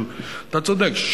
אתה צודק,